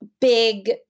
big